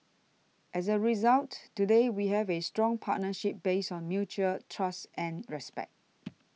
as a result today we have a strong partnership based on mutual trust and respect